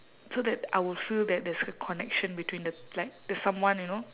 so that I will feel that there's a connection between the like there's someone you know